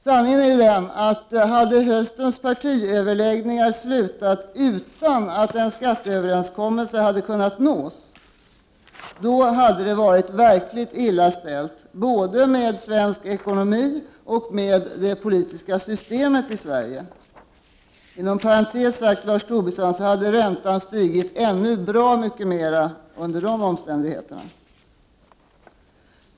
Sanningen är ju den att hade höstens partiöverläggningar slutat utan att en skatteöverenskommelse hade kunnat nås, då hade det varit verkligt illa ställt både med svensk ekonomi och med det politiska systemet i Sverige. Inom parentens sagt, Lars Tobisson, hade räntan stigit ännu bra mycket mer under sådana omständigheter.